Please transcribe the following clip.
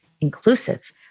inclusive